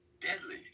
deadly